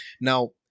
Now